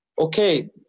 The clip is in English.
Okay